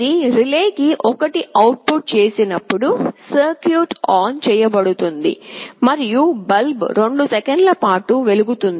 ఇది రిలే కి 1 అవుట్పుట్ చేసినప్పుడు సర్క్యూట్ ఆన్ చేయబడుతుంది మరియు బల్బ్ 2 సెకన్ల పాటు వెలుగుతుంది